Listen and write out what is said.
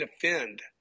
defend